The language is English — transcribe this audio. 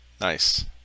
nice